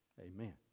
Amen